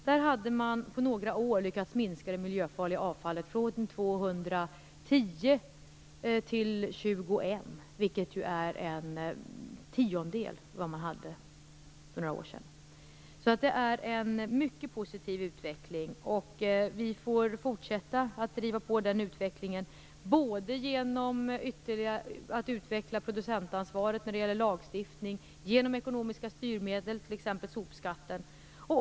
Där hade man på några år lyckats minska det miljöfarliga avfallet från 210 till 21, vilket ju är en tiondel av vad man hade för några år sedan. Det är en mycket positiv utveckling. Vi får fortsätta att driva på den utvecklingen genom att utveckla producentansvaret när det gäller lagstiftning och genom ekonomiska styrmedel, t.ex. sopskatten.